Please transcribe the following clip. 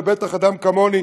ובטח אדם כמוני,